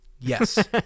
yes